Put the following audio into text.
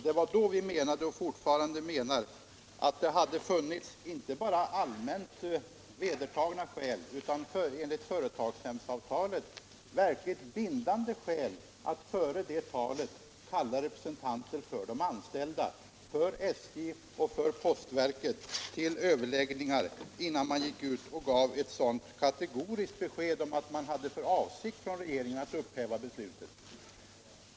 Det var då vi menade, och vi menar det fortfarande, att det hade funnits inte bara allmänt vedertagna skäl utan också enligt företagsnämndsavtalet verkligt bindande skäl att före detta tal kalla representanter för de anställda, för SJ och för postverket till överläggningar innan man gav ett så kategoriskt besked om att regeringen hade för avsikt att upphäva beslutet.